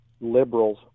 liberals